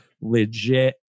Legit